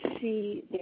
see